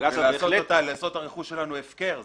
ולעשות את הרכוש שלנו הפקר.